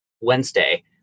Wednesday